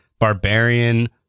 Barbarian